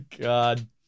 God